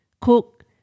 cook